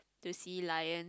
to see lions